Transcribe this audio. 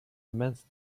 immense